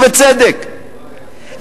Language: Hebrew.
ובצדק,